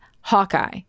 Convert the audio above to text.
Hawkeye